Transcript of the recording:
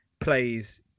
plays